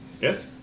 Yes